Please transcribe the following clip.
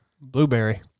Blueberry